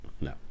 No